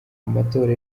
amatora